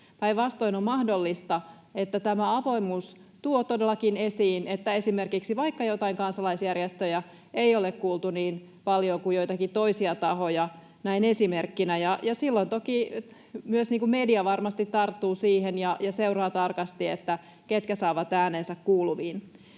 Päinvastoin on mahdollista, että tämä avoimuus tuo todellakin esiin, että esimerkiksi joitain kansalaisjärjestöjä ei ole kuultu niin paljon kuin joitakin toisia tahoja, näin esimerkkinä, ja silloin toki myös media varmasti tarttuu siihen ja seuraa tarkasti, ketkä saavat äänensä kuuluviin.